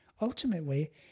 Ultimately